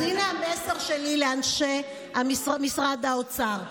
אז הינה המסר שלי לאנשי משרד האוצר,